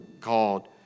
called